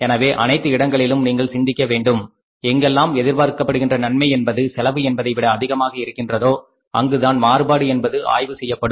எனவே அனைத்து இடங்களிலும் நீங்கள் சிந்திக்க வேண்டும் எங்கெல்லாம் எதிர்பார்க்கப்படுகின்ற நன்மை என்பது செலவு என்பதை விட அதிகமாக இருக்கின்றதோ அங்கு தான் மாறுபாடு என்பது ஆய்வு செய்யப்படும்